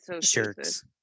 shirts